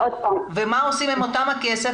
ומה עושים עם הכסף?